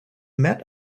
met